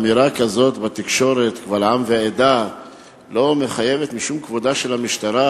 אמירה כזאת בתקשורת קבל עם ועדה לא מחייבת משום כבודה של המשטרה,